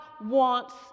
wants